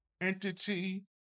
entity